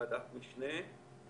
ועדת המשנה.